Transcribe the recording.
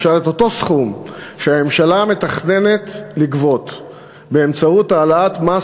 שהממשלה מתכננת לגבות באמצעות העלאת מס